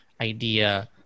Idea